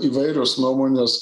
įvairios nuomonės